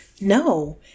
No